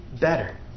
better